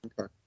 okay